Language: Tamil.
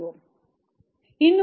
ஸ்லைடு நேரம் 3319 ஐப் பார்க்கவும்